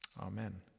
Amen